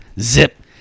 zip